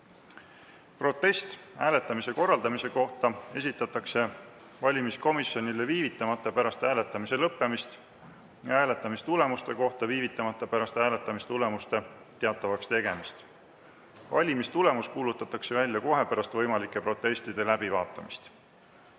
Protest hääletamise korraldamise kohta esitatakse valimiskomisjonile viivitamata pärast hääletamise lõppemist ja hääletamistulemuste kohta viivitamata pärast hääletamistulemuste teatavakstegemist. Valimistulemus kuulutatakse välja kohe pärast võimalike protestide läbivaatamist.